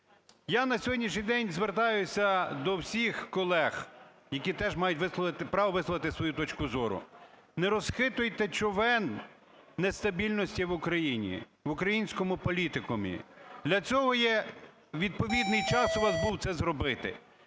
Я на сьогоднішній день звертаюся до всіх колег, які теж мають право висловити свою точку зору. Не розхитуйте човен нестабільності в Україні, в українському політикумі, для цього відповідний час у вас був це зробити.